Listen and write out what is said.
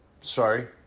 sorry